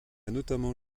notamment